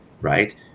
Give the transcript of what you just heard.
right